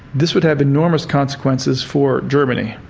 this would have enormous consequences for germany,